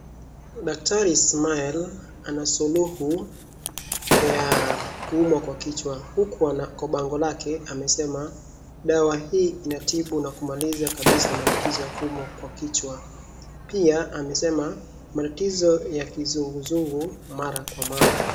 Daktari Smile ana Suluhu ya kuumwa kwa kichwa huku kwa bango lake amesema dawa hii inatibu na kumaliza kabisa matatizo ya kuumwa kwa kichwa. Pia amesema matatizo ya kizunguzungu mara kwa mara.